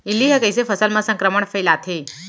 इल्ली ह कइसे फसल म संक्रमण फइलाथे?